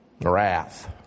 wrath